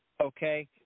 Okay